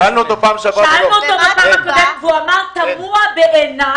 שאלנו אותו בדיון הקודם והוא אמר שתמוה בעיניי,